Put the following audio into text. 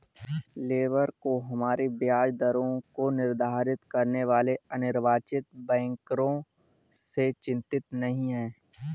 labour को हमारी ब्याज दरों को निर्धारित करने वाले अनिर्वाचित बैंकरों से चिंतित नहीं है